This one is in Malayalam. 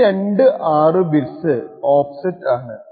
ഈ രണ്ടു 6 ബിറ്റ്സ് ഓഫ്സെറ്റ് ആണ്